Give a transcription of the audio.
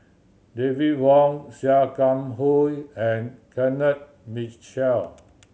David Wong Sia Kah Hui and Kenneth Mitchell